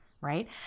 right